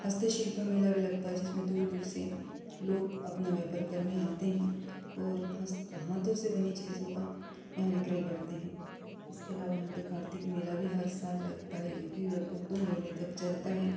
हस्तशिल्प मेला भी लगता है जिसमें दूर दूर से लोग अपना व्यापार करने आते हैं और हस्त हाथों से बनी चीज़ों का यहाँ विक्रय करते हैं इसके अलावा यहाँ पे कार्तिक मेला भी हर साल लगता है जो कि लगभग दो महीने तक चलता है